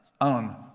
own